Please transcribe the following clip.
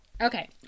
Okay